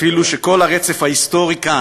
ואפילו שכל הרצף ההיסטורי כאן,